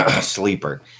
Sleeper